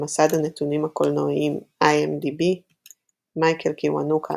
במסד הנתונים הקולנועיים IMDb מייקל קיוונוקה,